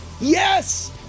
yes